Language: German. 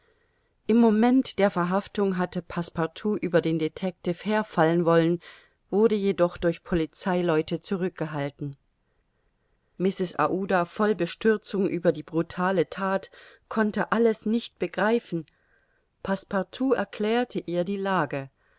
im moment der verhaftung hatte passepartout über den detectiv herfallen wollen wurde jedoch durch polizeileute zurückgehalten mrs aouda voll bestürzung über die brutale that konnte alles nicht begreifen passepartout erklärte ihr die lage